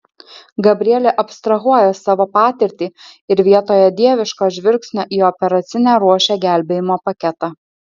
gabrielė abstrahuoja savo patirtį ir vietoje dieviško žvilgsnio į operacinę ruošia gelbėjimo paketą